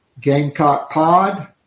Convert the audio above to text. GamecockPod